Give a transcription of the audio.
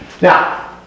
now